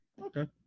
Okay